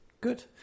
good